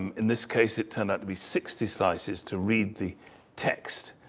um in this case, it turned out to be sixty slices to read the text,